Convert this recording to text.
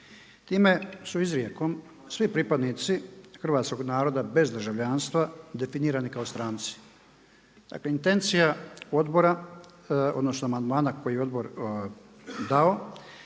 Time su izrijekom svi pripadnici hrvatskog naroda bez državljanstva definirani kao stranci. Dakle, intencija odbora odnosno amandmana koji je odbor dao